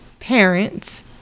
parents